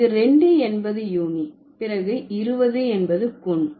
இங்கு 2 என்பது யூனி பிறகு 20 என்பது குன்